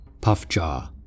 Puffjaw